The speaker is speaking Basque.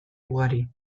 ugari